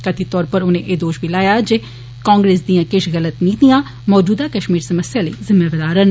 कथित तौर उप्पर उनें एह दोश बी लाया जे कांग्रेस दियां किष गल्त नीतियां मौजूदा कष्मीर समस्या लेई जिम्मेदार न